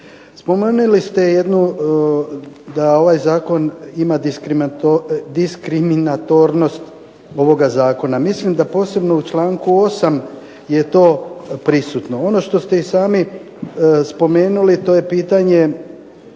spomenuli ste da ovaj Zakon ima diskriminatornost ovoga Zakona. Mislim da posebno u članku 8. je to prisutno. Ono što ste i sami spomenuli to je pitanje